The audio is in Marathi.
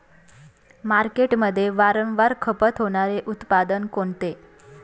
मार्केटमध्ये वारंवार खपत होणारे उत्पादन कोणते?